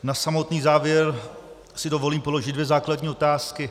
Na samotný závěr si dovolím položit dvě základní otázky.